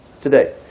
Today